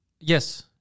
yes